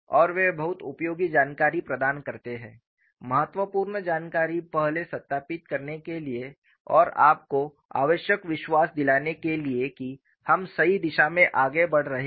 और वे बहुत उपयोगी जानकारी प्रदान करते हैं महत्वपूर्ण जानकारी पहले सत्यापित करने के लिए और आपको आवश्यक विश्वास दिलाने के लिए कि हम सही दिशा में आगे बढ़ रहे हैं